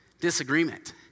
Disagreement